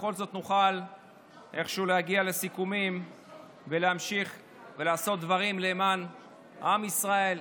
בכל זאת נוכל איכשהו להגיע לסיכומים ולהמשיך לעשות דברים למען עם ישראל,